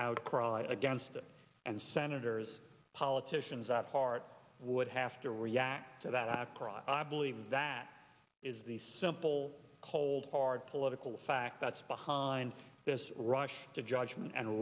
outcry against it and senators politicians at heart would have to react to that price i believe that is the simple cold hard political fact that's behind this rush to judgment and